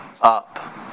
up